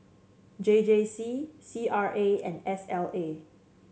J J C C R A and S L A